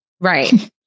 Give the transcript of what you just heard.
Right